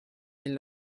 mille